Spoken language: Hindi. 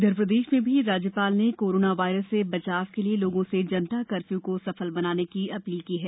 इधर प्रदेश में भी राज्यपाल ने कोरोना वायरस से बचाव के लिये लोगों से जनता कफ्यू को सफल बनाने की अपील की है